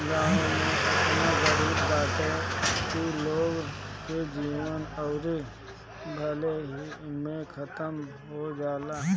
गांव में एतना गरीबी बाटे की लोग के जीवन उधारी भरले में खतम हो जाला